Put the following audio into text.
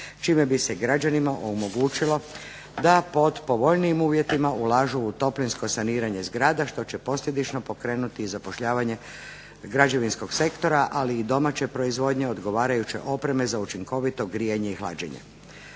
čime bi se građanima omogućilo da pod povoljnijim uvjetima ulažu u toplinsko saniranje zgrada što će posljedično pokrenuti i zapošljavanje građevinskog sektora, ali i domaće proizvodnje odgovarajuće opreme za učinkovito grijanje i hlađenje.